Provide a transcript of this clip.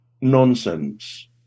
nonsense